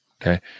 Okay